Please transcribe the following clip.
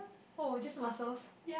oh just muscles